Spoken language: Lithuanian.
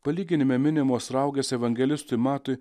palyginime minimas raugas evangelistui matui